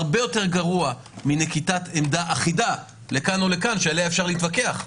הרבה יותר גרוע מנקיטת עמדה אחידה לכאן או לכאן שעליה אפשר להתווכח.